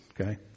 Okay